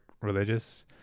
religious